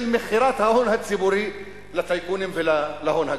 של מכירת ההון הציבורי לטייקונים ולהון הגדול.